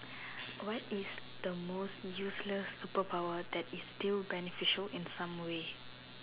what is the most useless superpower that is still beneficial in some way